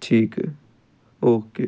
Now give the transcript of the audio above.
ਠੀਕ ਹੈ ਓਕੇ